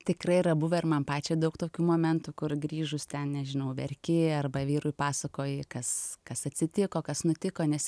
tikrai yra buvę ir man pačiai daug tokių momentų kur grįžus ten nežinau verki arba vyrui pasakoji kas kas atsitiko kas nutiko nes